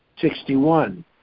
Sixty-one